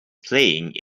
playing